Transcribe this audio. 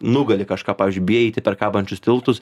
nugali kažką pavyzdžiui bijai eiti per kabančius tiltus